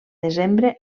desembre